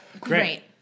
Great